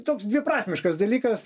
toks dviprasmiškas dalykas